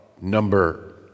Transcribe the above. number